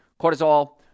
cortisol